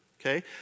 okay